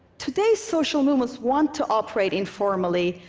today's social movements want to operate informally.